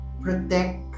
protect